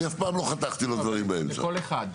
אף פעם לא חתכתי בדברים האלה.